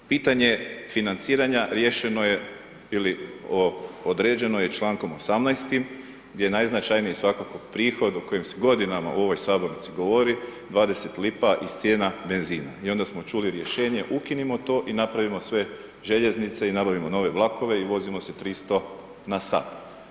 Pitanje financiranja riješeno je ili određeno je čl. 18 gdje najznačajniji svakako prihod o kojem se godinama u ovoj sabornici govori, 20 lipa iz cijena benzina i onda smo čuli rješenje ukinimo to i napravimo sve željeznice i nabavimo nove vlakove i vozimo se 300 na sat.